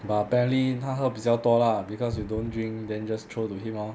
but apparently 他喝比较多 lah because you don't drink then just throw to him lor